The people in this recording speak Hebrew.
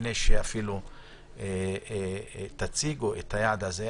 לפני שאפילו תציגו את היעד הזה,